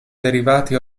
derivati